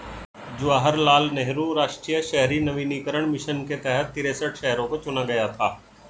जवाहर लाल नेहरू राष्ट्रीय शहरी नवीकरण मिशन के तहत तिरेसठ शहरों को चुना गया था